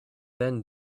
then